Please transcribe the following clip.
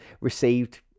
received